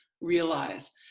realize